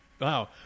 Wow